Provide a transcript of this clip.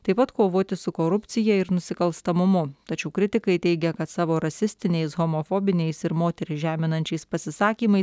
taip pat kovoti su korupcija ir nusikalstamumu tačiau kritikai teigia kad savo rasistiniais homofobiniais ir moteris žeminančiais pasisakymais